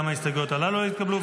גם ההסתייגויות הללו לא התקבלו.